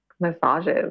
massages